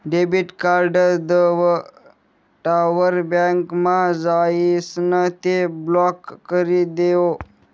debit card दवडावर बँकमा जाइसन ते ब्लॉक करी देवो